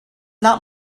not